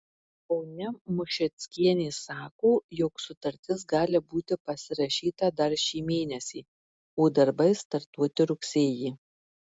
ponia mušeckienė sako jog sutartis gali būti pasirašyta dar šį mėnesį o darbai startuoti rugsėjį